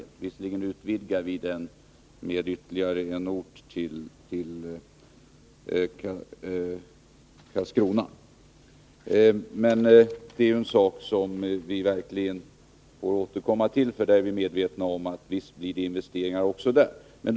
Vi vill visserligen utvidga den till att omfatta ytterligare en ort, nämligen Karlskrona, men det är en sak som vi får återkomma till, för vi är medvetna om att det blir fråga om investeringar också där.